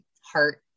heart